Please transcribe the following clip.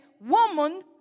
woman